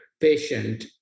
patient